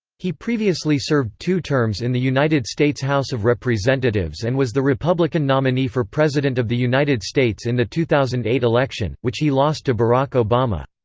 he previously served two terms in the united states house of representatives and was the republican nominee for president of the united states in the two thousand and eight election, which he lost to barack obama.